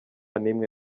n’imwe